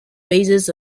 basis